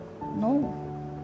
No